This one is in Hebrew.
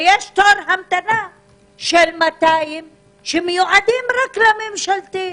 ויש תור המתנה של 200 שמיועדים רק לממשלתי.